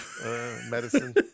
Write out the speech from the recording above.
medicine